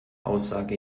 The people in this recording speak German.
aussage